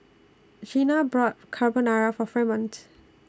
Jeana brought Carbonara For Fremont